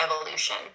evolution